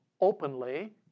openly